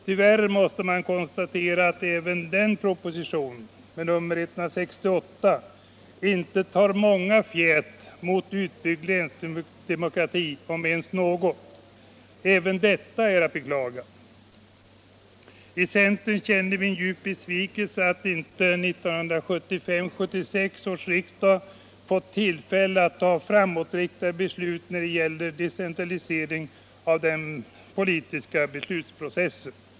Tyvärr måste man konstatera att propositionen, med nr 168, inte tar många fjät mot utbyggd länsdemokrati, om ens något. Även detta är att beklaga. I centern känner vi en djup besvikelse över att inte 1975/76 års riksdag fått tillfälle att fatta framåtriktade beslut när det gäller decentralisering av den politiska beslutsprocessen.